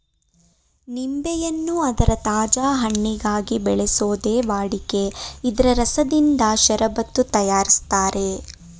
ನಿಂಬೆಯನ್ನು ಅದರ ತಾಜಾ ಹಣ್ಣಿಗಾಗಿ ಬೆಳೆಸೋದೇ ವಾಡಿಕೆ ಇದ್ರ ರಸದಿಂದ ಷರಬತ್ತು ತಯಾರಿಸ್ತಾರೆ